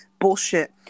Bullshit